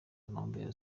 ntumbero